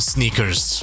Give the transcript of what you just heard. Sneakers